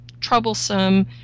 troublesome